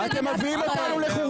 אתם מעוללים.